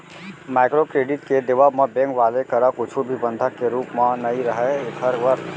micro credit के देवब म बेंक वाले करा कुछु भी बंधक के रुप म नइ राहय ऐखर बर